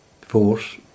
force